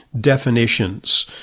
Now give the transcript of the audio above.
definitions